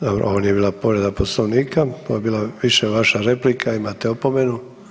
Dobro, ovo nije bila povreda Poslovnika, ovo je bila više vaša replika, imate opomenu.